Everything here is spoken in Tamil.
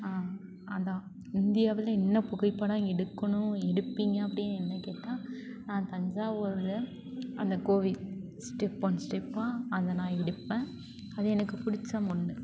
அதுதான் இந்தியாவில் என்ன புகைப்படம் எடுக்கணும் எடுப்பீங்க அப்படின்னு என்ன கேட்டால் நான் தஞ்சாவூரில் அந்த கோவில் ஸ்டெப் ஒன் ஸ்டெப்பாக அதை நான் எடுப்பேன் அது எனக்கு பிடிச்ச ஒன்று